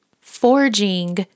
forging